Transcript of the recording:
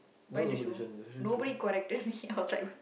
bite the shoe nobody corrected me I was like